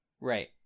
Right